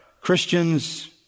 Christians